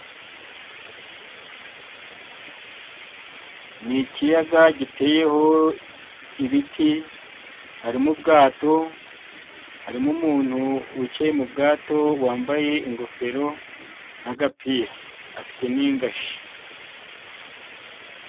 Ni ikiyaga giteyeho ibiti, harimo ubwato harimo umuntu wicaye mu bwato, wambaye ingofero n'agapira afite n'ingashi.